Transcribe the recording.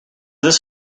this